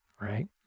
right